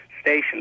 station